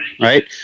Right